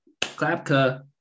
Klapka